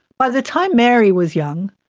by the time mary was young,